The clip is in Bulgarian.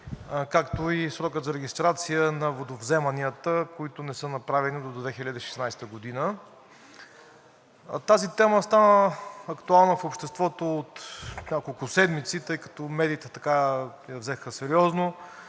както и срока за регистрация на водовземанията, които не са направени до 2016 г. Тази тема стана актуална в обществото от няколко седмици, тъй като медиите я взеха сериозно.